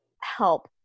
help